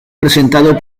presentado